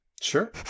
Sure